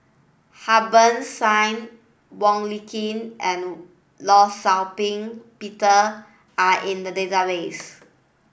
Harbans Singh Wong Lin Ken and Law Shau Ping Peter are in the database